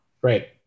Great